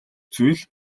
зүйл